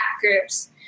groups